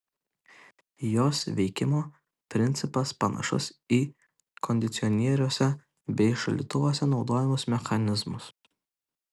jos veikimo principas panašus į kondicionieriuose bei šaldytuvuose naudojamus mechanizmus